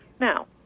now